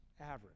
average